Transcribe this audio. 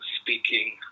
speaking